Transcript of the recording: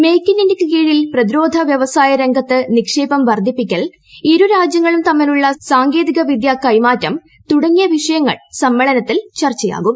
make in ഇന്ത്യയ്ക്ക് കീഴിൽ പ്രതിരോധ വ്യവസായ രംഗത്ത് നിക്ഷേപം വർദ്ധിപ്പിക്കൽ ഇരു രാജ്യങ്ങളും തമ്മിലുള്ള സാങ്കേതിക വിദ്യ കൈമാറ്റം തുടങ്ങിയ വിഷയങ്ങൾ സമ്മേളനത്തിൽ ചർച്ചയാകും